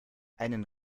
einen